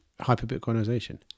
hyper-Bitcoinization